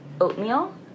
oatmeal